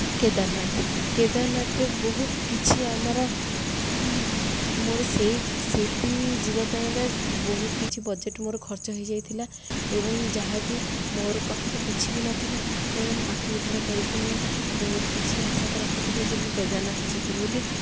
କେଦାରନାଥ କେଦାରନାଥରେ ବହୁତ କିଛି ଆମର ମୋର ସେଇ ସେଥି ଯିବା ପାଇଁକା ବହୁତ କିଛି ବଜେଟ୍ ମୋର ଖର୍ଚ୍ଚ ହୋଇଯାଇଥିଲା ଏବଂ ଯାହାକି ମୋର ପାଖରେ କିଛି ବି ନଥିଲା ଏବଂ ବାକି ଉଦ୍ଧାର କରିକି ମୁଁ ବହୁତ କିଛି ଆଶା ରଖିଥିଲି ଯେ ମୁଁ କେଦାରନାଥ ଯିବି ବୋଲି